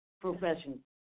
profession